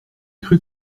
cru